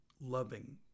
loving